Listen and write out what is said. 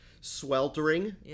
sweltering